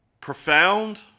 profound